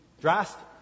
drastic